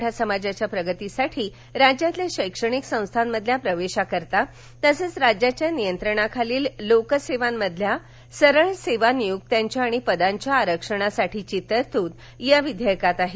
मराठा समाजाच्या प्रगतीसाठी राज्यातील शैक्षणिक संस्थांमधील प्रवेशाकरीता तसंच राज्याच्या नियंत्रणाखालील लोकसेवांमधल्या सरळसेवा नियुक्त्यांच्या आणि पदांच्या आरक्षणासाठीची तरतूद या विधेयकात आहे